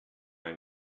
ein